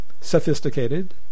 sophisticated